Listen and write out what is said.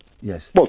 Yes